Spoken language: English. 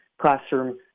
classroom